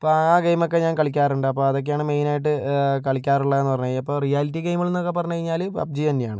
അപ്പോൾ ആ ഗെയിം ഒക്കെ ഞാൻ കളിക്കാറുണ്ട് അപ്പോൾ അതൊക്കെയാണ് മെയിനായിട്ട് കളിക്കാറുള്ളാന്ന് പറഞ്ഞ് കഴിഞ്ഞാൽ ഇപ്പോൾ റിയാലിറ്റി ഗെയിമുകളെന്നൊക്കെ പറഞ്ഞ് കഴിഞ്ഞാല് പബ്ജി തന്നെയാണ്